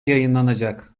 yayınlanacak